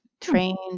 trained